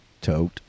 Tote